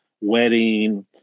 wedding